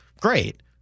great